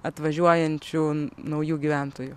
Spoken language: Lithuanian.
atvažiuojančių naujų gyventojų